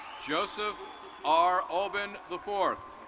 joseph r. oben, the fourth.